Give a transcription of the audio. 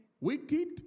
wicked